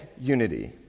unity